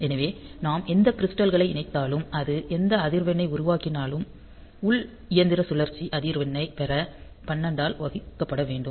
எனவே நாம் எந்த கிரிஸ்டல்களை இணைத்தாலும் அது எந்த அதிர்வெண் ஐ உருவாக்கினாலும் உள் இயந்திர சுழற்சி அதிர்வெண்ணைப் பெற 12 ஆல் வகுக்கப்பட வேண்டும்